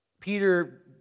Peter